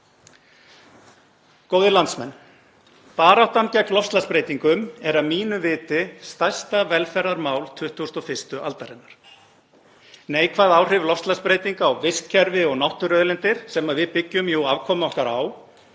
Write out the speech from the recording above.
Góðir landsmenn. Baráttan gegn loftslagsbreytingum er að mínu viti stærsta velferðarmál 21. aldarinnar. Neikvæð áhrif loftslagsbreytinga á vistkerfi og náttúruauðlindir, sem við byggjum jú afkomu okkar á,